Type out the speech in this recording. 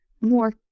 more